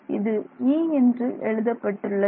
இது E என்று எழுதப்பட்டுள்ளது